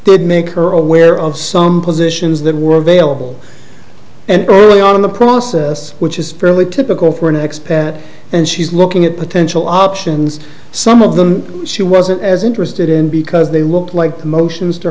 did make her aware of some positions that were available and early on in the process which is fairly typical for an ex pat and she's looking at potential options some of them she wasn't as interested in because they looked like motions to